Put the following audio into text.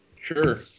Sure